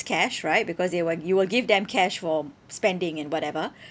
cash right because they will you will give them cash for spending and whatever